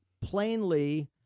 plainly